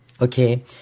Okay